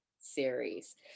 series